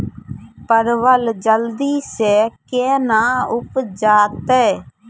परवल जल्दी से के ना उपजाते?